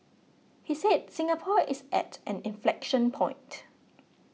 he said Singapore is at an inflection point